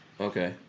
Okay